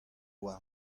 war